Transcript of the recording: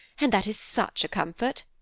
and that is such a comfort.